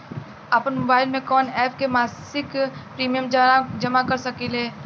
आपनमोबाइल में कवन एप से मासिक प्रिमियम जमा कर सकिले?